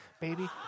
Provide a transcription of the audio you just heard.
Baby